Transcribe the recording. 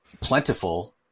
plentiful